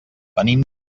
venim